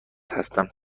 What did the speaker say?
هستم